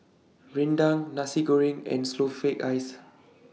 Rendang Nasi Goreng and Snowflake Ice